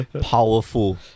powerful